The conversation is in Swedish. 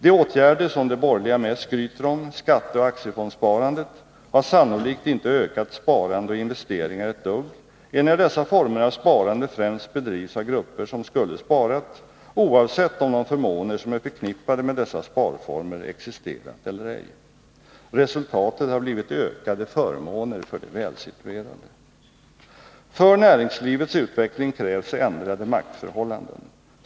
De åtgärder som de borgerliga mest skryter om, skatteoch aktiefondsparandet, har sannolikt inte ökat sparande och investeringar ett dugg, enär dessa former av sparande främst bedrivs av grupper som skulle ha sparat oavsett om de förmåner som är förknippade med dessa sparformer existerar eller ej. Resultatet har blivit ökade förmåner för de välsituerade. För näringslivets utveckling krävs ändrade maktförhållanden.